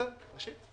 בסדר, נשיב.